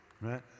right